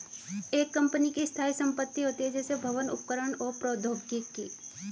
एक कंपनी की स्थायी संपत्ति होती हैं, जैसे भवन, उपकरण और प्रौद्योगिकी